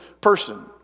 person